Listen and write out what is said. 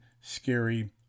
scary